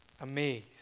Amazed